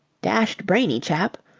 dashed brainy chap.